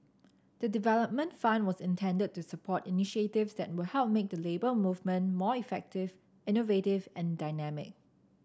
the development fund was intended to support initiatives that will help make the Labour Movement more effective innovative and dynamic